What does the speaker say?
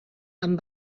amb